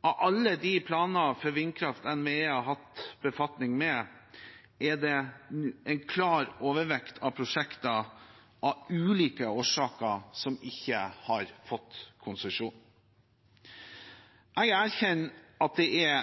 Av alle de planer for vindkraft NVE har hatt befatning med, er det en klar overvekt av prosjekter som av ulike årsaker ikke har fått konsesjon. Jeg erkjenner at det er